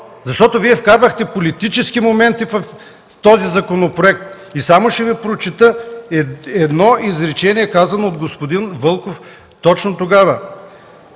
Защото Вие вкарвахте политически моменти в този законопроект. И само ще Ви прочета едно изречение, казано от господин Вълков точно тогава: